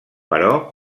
però